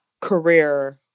career